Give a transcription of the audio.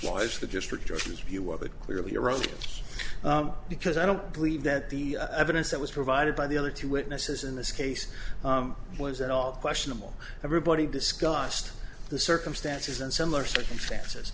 was the district judges view of it clearly erroneous because i don't believe that the evidence that was provided by the other two witnesses in this case was at all questionable everybody discussed the circumstances and similar circumstances